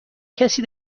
کسی